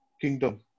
kingdom